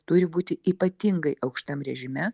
turi būti ypatingai aukštam režime